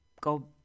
go